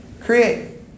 Create